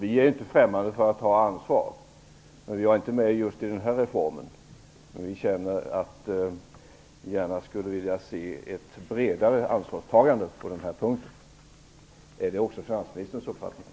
Vi är inte främmande för att ta ansvar. Vi var inte med i just den här reformen, men vi känner att vi gärna skulle vilja se ett bredare ansvarstagande på den här punkten. Är det också finansministerns uppfattning?